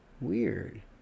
weird